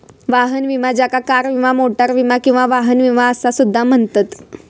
वाहन विमा ज्याका कार विमा, मोटार विमा किंवा वाहन विमा असा सुद्धा म्हणतत